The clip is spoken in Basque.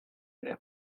ere